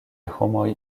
homoj